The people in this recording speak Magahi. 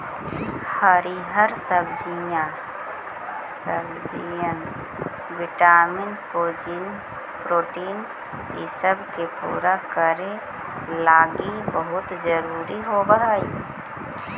हरीअर सब्जियन विटामिन प्रोटीन ईसब के पूरा करे लागी बहुत जरूरी होब हई